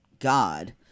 God